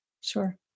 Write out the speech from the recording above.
Sure